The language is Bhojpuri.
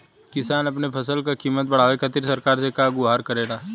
किसान अपने फसल क कीमत बढ़ावे खातिर सरकार से का गुहार करेला?